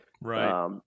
Right